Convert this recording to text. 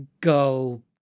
go